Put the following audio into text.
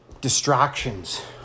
distractions